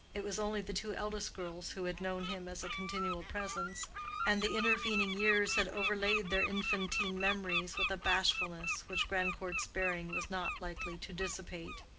it was only the two eldest girls who had known him as a continual presence and the intervening years had overlaid their infantine memories with a bashfulness which grandcourt's bearing was not likely to dissipate.